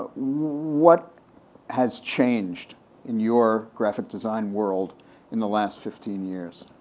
what has changed in your graphic design world in the last fifteen years?